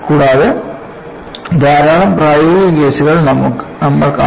കൂടാതെ ധാരാളം പ്രായോഗിക കേസുകൾ നമ്മൾ കാണും